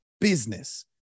business